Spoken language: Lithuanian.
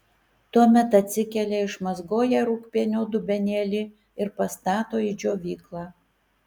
tuomet atsikelia išmazgoja rūgpienio dubenėlį ir pastato į džiovyklą